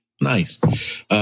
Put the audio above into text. nice